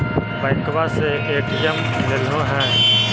बैंकवा से ए.टी.एम लेलहो है?